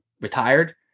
retired